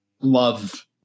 love